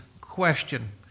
question